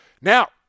Now